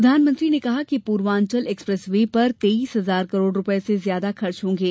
प्रधानमंत्री ने कहा कि पूर्वांचल एक्सप्रेस वे पर तेईस हजार करोड़ रुपये से ज्यादा खर्च होंगे